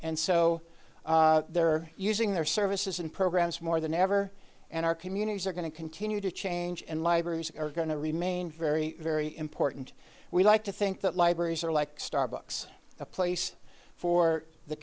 and so they're using their services and programs more than ever and our communities are going to continue to change and libraries are going to remain very very important we like to think that libraries are like starbucks a place for the